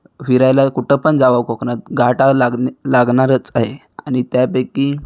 फिरायला कुठं पण जा कोकणात घाट हा लाग लागणारच आहे आणि त्यापैकी